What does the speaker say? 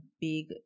big